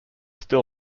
still